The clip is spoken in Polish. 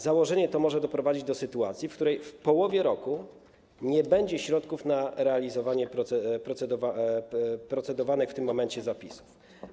Założenie to może doprowadzić do sytuacji, w której w połowie roku nie będzie środków na realizowanie procedowanych w tym momencie zapisów.